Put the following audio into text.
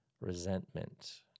resentment